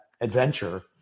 adventure